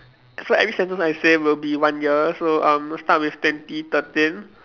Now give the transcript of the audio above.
so every sentence I say will be one year so um I'll start with twenty thirteen